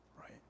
right